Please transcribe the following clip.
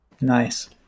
Nice